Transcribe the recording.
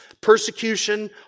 persecution